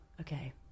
okay